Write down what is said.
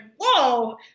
whoa